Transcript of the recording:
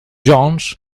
jones